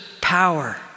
power